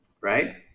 right